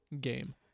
game